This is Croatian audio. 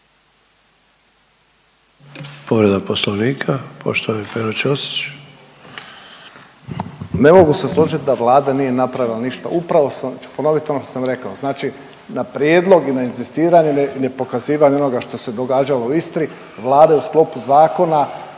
Povreda poslovnika poštovani Pero Ćosić. **Ćosić, Pero (HDZ)** Ne mogu se složit da Vlada nije napravila ništa, upravo sam ću ponovit ono što sam rekao, znači na prijedlog na inzistiranje nepokazivanje noga što se događalo u Istri Vlada je u sklopu zakona